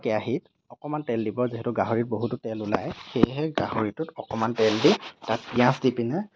কেৰাহীত অকণমান তেল দিব যিহেতু গাহৰিত বহুতো তেল ওলায় সেয়েহে গাহৰিটোত অকণমান তেল দি তাত পিঁয়াজ দি পিনে